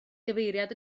gyfeiriad